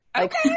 Okay